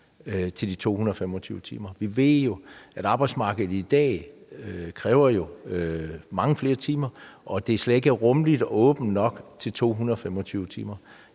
til de 225 timer. Vi ved jo, at arbejdsmarkedet i dag kræver mange flere timer, og at det slet ikke er åbent og rummeligt nok til 225 timer.